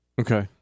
Okay